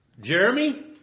Jeremy